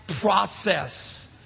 process